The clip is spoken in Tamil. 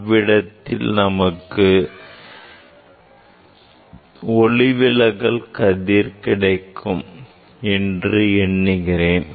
இவ்விடத்தில் நமக்கு ஒளிவிலகல் கதிர் கிடைக்கும் என்று எண்ணுகிறேன்